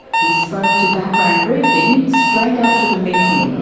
he spoke to background briefing straight after the meeting.